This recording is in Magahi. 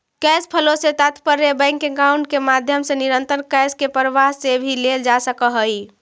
कैश फ्लो से तात्पर्य बैंक अकाउंट के माध्यम से निरंतर कैश के प्रवाह से भी लेल जा सकऽ हई